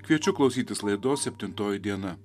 kviečiu klausytis laidos septintoji diena